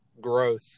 growth